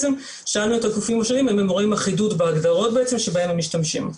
שאלנו את הגופים השונים האם הם רואים אחידות בהגדרות שבהם הם משתמשים.